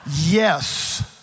Yes